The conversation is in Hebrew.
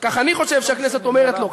כך אני חושב שהכנסת אומרת לו,